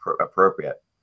appropriate